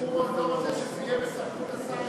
לא, הוא לא רוצה שזה יהיה בסמכות השר,